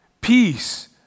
peace